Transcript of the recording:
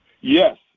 Yes